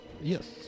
Yes